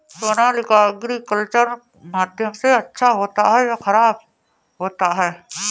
Sonalika agriculture माध्यम से अच्छा होता है या ख़राब होता है?